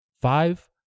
five